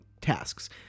tasks